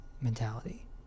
mentality